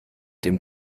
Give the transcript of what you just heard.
dem